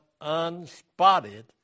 unspotted